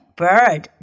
bird